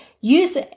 use